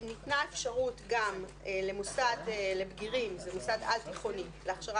ניתנה אפשרות גם למוסד לבגירים זה מוסד על תיכוני להכשרה